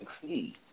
succeed